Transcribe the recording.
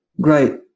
great